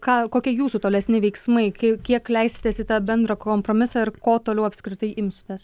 ką kokie jūsų tolesni veiksmai kai kiek leisitės į tą bendrą kompromisą ir ko toliau apskritai imsitės